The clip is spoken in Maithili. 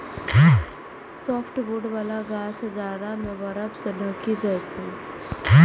सॉफ्टवुड बला गाछ जाड़ा मे बर्फ सं ढकि जाइ छै